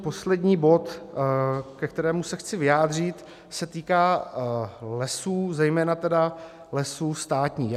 Poslední bod, ke kterému se chci vyjádřit, se týká lesů, zejména lesů státních.